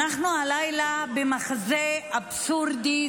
אנחנו הלילה במחזה אבסורדי,